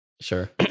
sure